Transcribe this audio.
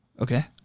Okay